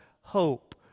hope